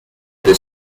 the